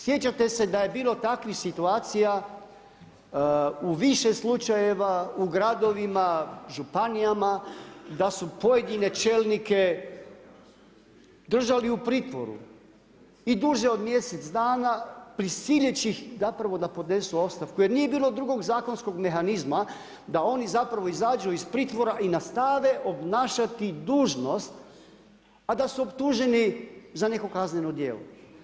Sjećate se da je bilo takvih situacija u više slučajeva u gradovima, županijama, da su pojedine čelnike držali u pritvoru i duže od mjesec dana prisileći ih zapravo da podnesu ostavku jer nije bilo drugog zakonskog mehanizma da oni zapravo izađu iz pritvora i nastave obnašati dužnost a da su optuženi za neko kazneno djelo.